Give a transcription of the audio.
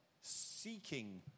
seeking